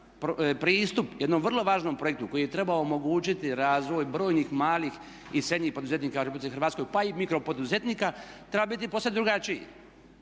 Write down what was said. pristup jednom vrlo važnom projektu koji je trebao omogućiti razvoj brojnih malih i srednjih poduzetnika u Republici Hrvatskoj pa i mikropoduzetnika treba bit posve drugačiji,